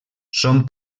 són